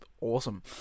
awesome